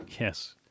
Yes